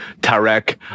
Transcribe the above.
Tarek